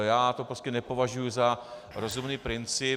Já to prostě nepovažuji za rozumný princip.